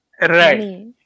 right